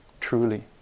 Truly